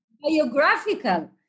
biographical